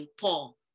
paul